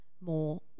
more